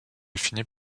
finit